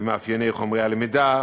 במאפייני חומרי הלמידה,